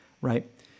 right